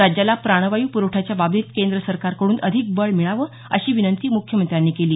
राज्याला प्राणवायू पुरवठ्याच्या बाबतीत केंद्र सरकारकड्रन अधिक बळ मिळावं अशी विनंती मुख्यमंत्र्यांनी केली